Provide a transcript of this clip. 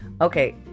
Okay